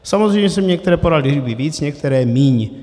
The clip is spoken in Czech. Samozřejmě se mi některé pořady líbí víc, některé míň.